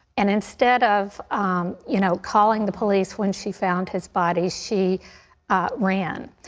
and instead of you know calling the police when she found his body, she ran,